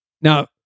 now